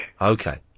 Okay